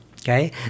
okay